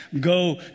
go